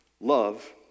love